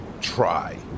Try